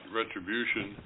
retribution